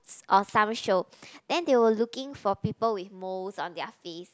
ofr some show then they were looking for people with moles on their face